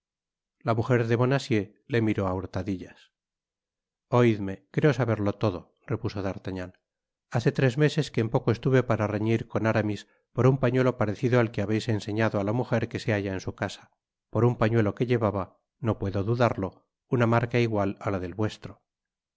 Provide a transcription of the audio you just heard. la mujer de bonacieux le miró á hurtadillas oidme creo saberlo todo repuso d'artagnan hace tres meses que en poco estuve para reñir con aramis por un pañuelo parecido al que habeis enseñado á la mujer que se hallaba en su casa por un pañuelo que llevaba no puedo dudarlo una marca igual á la del vuestro os